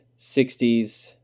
60s